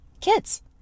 kids